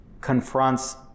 confronts